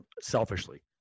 Selfishly